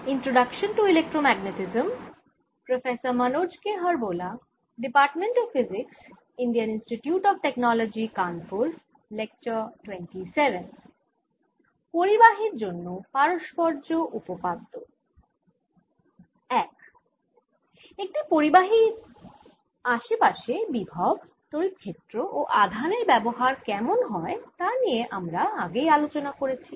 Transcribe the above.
একটি পরিবাহীর আসে পাশে বিভব তড়িৎ ক্ষেত্র ও আধানের ব্যবহার কেমন হয় তা নিয়ে আমরা আগেই আলোচনা করেছি